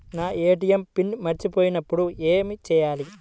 నా ATM PIN మరచిపోయినప్పుడు ఏమి చేయాలి?